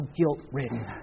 guilt-ridden